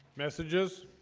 messages